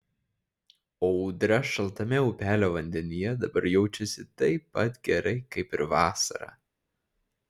o ūdra šaltame upelio vandenyje dabar jaučiasi taip pat gerai kaip ir vasarą